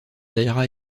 daïra